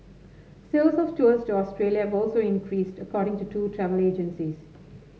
sales of tours to Australia have also increased according to two travel agencies